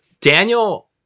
Daniel